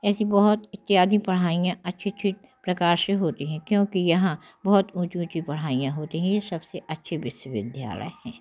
ऐसी बहुत इत्यादि पढ़ाइयाँ अच्छी अच्छी प्रकार से होती है क्योंकि यहाँ बहुत ऊँची ऊँची पढ़ाइयाँ होती है ये सब से अच्छे विश्वविद्यालय हैं